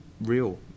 real